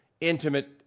intimate